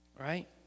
right